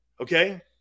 Okay